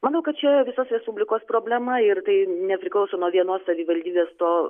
manau kad čia visos respublikos problema ir tai nepriklauso nuo vienos savivaldybės to